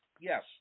Yes